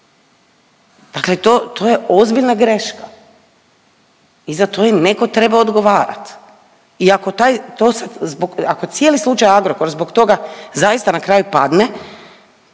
dakle to to je ozbiljna greška i za to je netko trebao odgovarati i ako taj, to sad, ako cijeli slučaj Agrokor zbog toga zaista na kraju padne